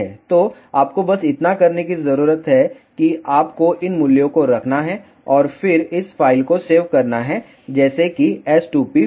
तो आपको बस इतना करने की ज़रूरत है कि आपको इन मूल्यों को रखना है और फिर इस फ़ाइल को सेव करना है जैसे कि s2p फ़ाइल